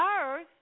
earth